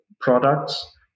products